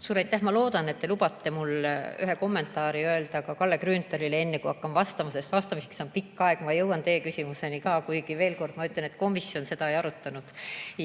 Suur aitäh! Ma loodan, et te lubate mul ühe kommentaari öelda ka Kalle Grünthalile, enne kui hakkan vastama, sest vastamiseks on pikk aeg, ma jõuan teie küsimuseni ka. Kuigi veel kord ütlen, et komisjon seda ei arutanud